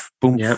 boom